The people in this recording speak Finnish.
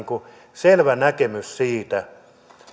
selvä näkemys siitä